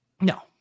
No